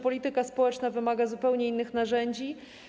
Polityka społeczna wymaga zupełnie innych narzędzi.